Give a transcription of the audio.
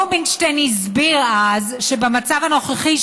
רובינשטיין הסביר אז שבמצב הנוכחי,